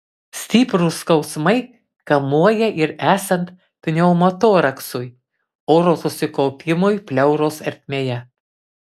stiprūs skausmai kamuoja ir esant pneumotoraksui oro susikaupimui pleuros ertmėje